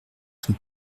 son